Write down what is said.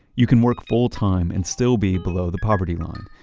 you can work full time and still be below the poverty line.